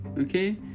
Okay